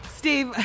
Steve